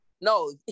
No